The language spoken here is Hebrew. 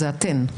זה אתן.